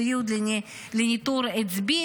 ציוד לניטור עצבי,